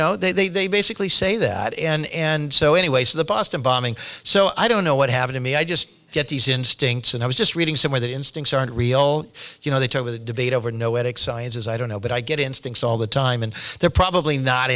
know they basically say that and so anyway so the boston bombing so i don't know what happened to me i just get these instincts and i was just reading somewhere that instincts aren't real you know the debate over noetic sciences i don't know but i get instincts all the time and they're probably not